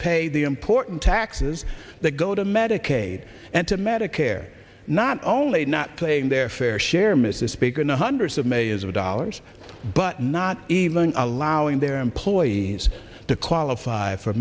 pay the important taxes that go to medicaid and to medicare not only not playing their fair share mrs speaker no hundreds of millions of dollars but not even allowing their employees to qualify for